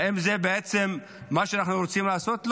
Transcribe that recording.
האם זה בעצם מה שאנחנו רוצים לעשות?